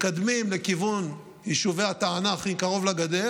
מתקדמים לכיוון יישובי התענכים קרוב לגדר,